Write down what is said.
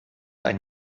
ein